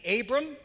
Abram